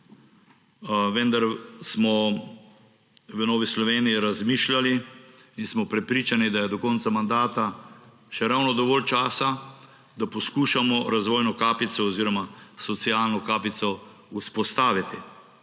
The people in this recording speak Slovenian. Vendar smo v Novi Sloveniji razmišljali in smo prepričani, da je do konca mandata še ravno dovolj časa, da poskušamo razvojno kapico oziroma socialno kapico vzpostaviti;